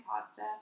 pasta